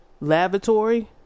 lavatory